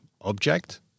object